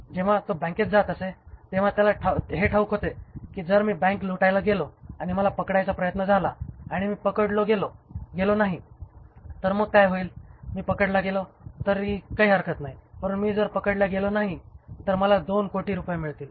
जेव्हा तो बँकेत जात असे तेव्हा त्याला हे ठाऊक होते की जर मी बँक लुटायला गेलो आणि मला पकडण्याचा प्रयत्न झाला आणि मी पकडलो गेलो नाही तर मग काय होईल मी पकडला गेलो तरी काही हरकत नाही परंतु मी जर पकडल्या गेलो नाही तर मला दोन कोटी रुपये मिळतील